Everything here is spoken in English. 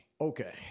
Okay